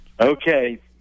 Okay